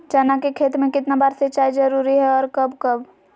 चना के खेत में कितना बार सिंचाई जरुरी है और कब कब?